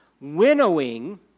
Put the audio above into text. Winnowing